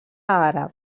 àrab